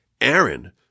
Aaron